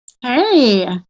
Hey